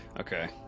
Okay